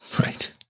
Right